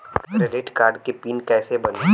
Credit card के PIN कैसे बनी?